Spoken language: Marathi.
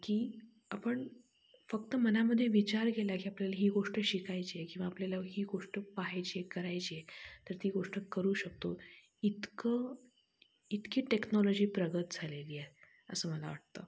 की आपण फक्त मनामध्ये विचार केला की आपल्याला ही गोष्ट शिकायची आहे किंवा आपल्याला ही गोष्ट पाहायची आहे करायची आहे तर ती गोष्ट करू शकतो इतकं इतकी टेक्नॉलॉजी प्रगत झालेली आहे असं मला वाटतं